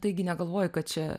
taigi negalvoji kad čia